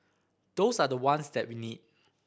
those are the ones that we need